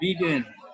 Vegan